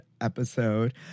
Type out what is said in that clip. episode